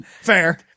fair